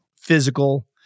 physical